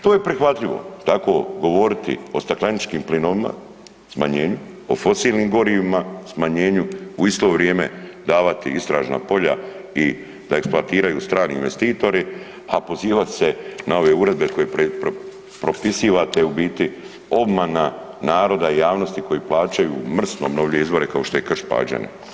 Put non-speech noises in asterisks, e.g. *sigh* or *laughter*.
To je prihvatljivo tako govoriti o stakleničkim plinovima, smanjenju, o fosilnim gorivima, smanjenju, u isto vrijeme davati istražna polja i da eksploatiraju strani investitori, a pozivati se na ove uredbe koje propisivate u biti, obmana naroda i javnosti koji plaćaju ... *unintelligible* obnovljive izvore kao što je Krš-Pađene.